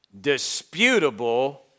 Disputable